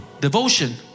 Devotion